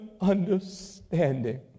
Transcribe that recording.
understanding